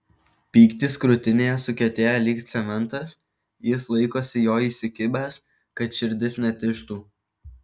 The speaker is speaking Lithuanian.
pyktis krūtinėje sukietėja lyg cementas jis laikosi jo įsikibęs kad širdis netižtų